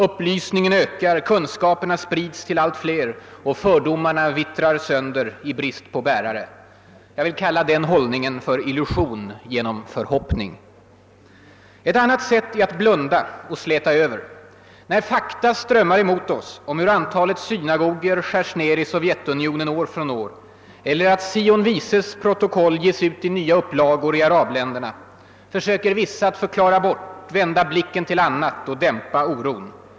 Upplysningen ökar, kunskaperna sprids till allt fler och fördomarna vittrar sönder i brist på bärare, — Jag vill kalla den hållningen illusion genom förhoppning. Ett annat sätt är att blunda och släta över. När fakta strömmar emot oss om hur antalet synagogor skärs ned i Sovjetunionen år från år eller om hur »Sions vises protokoll» ges ut i nya upplagor i arabländerna, försöker vissa att förklara bort, vända blicken till annat och dämpa oron.